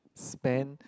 spend